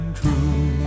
true